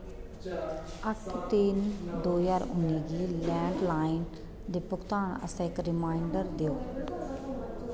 अट्ठ तिन दो ज्हार उ'न्नी गी लैंडलाइन दे भुगतान आस्तै इक रिमाइंडर देओ